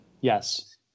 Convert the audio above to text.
Yes